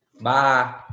Bye